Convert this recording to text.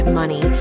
money